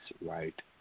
right